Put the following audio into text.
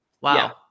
Wow